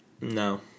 No